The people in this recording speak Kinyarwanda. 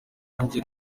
njye